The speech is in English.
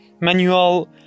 manual